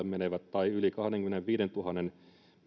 menevät ja yli kahdenkymmenenviidentuhannen